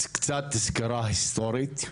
קצת סקירה היסטורית,